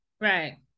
right